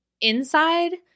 inside